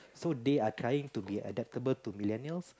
so they are trying to be adaptable to Millenials